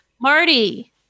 Marty